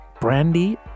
brandy